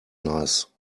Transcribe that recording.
nice